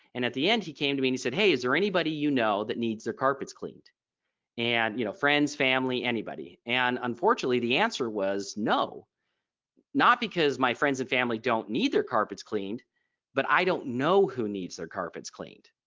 and at the end she came to me and said hey is there anybody you know that needs their carpets cleaned and you know friend's family anybody. and unfortunately, the answer was no not because my friends and family don't need their carpets cleaned but i don't know who needs their carpets cleaned.